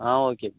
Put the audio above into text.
ஆ ஓகேப்பா